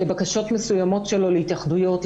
לבקשות מסוימות שלו להתאחדויות,